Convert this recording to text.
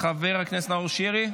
חבר הכנסת נאור שירי,